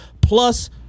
plus